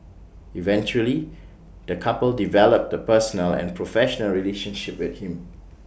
eventually the couple developed A personal and professional relationship with him